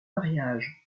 mariages